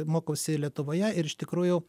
mokausi lietuvoje ir iš tikrųjų